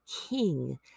king